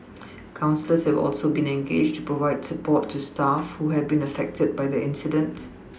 counsellors have also been engaged to provide support to staff who have been affected by the incident